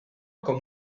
com